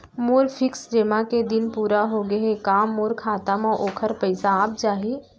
मोर fix जेमा के दिन पूरा होगे हे का मोर खाता म वोखर पइसा आप जाही?